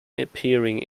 appearing